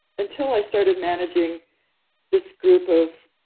until i started managing this group of,